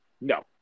no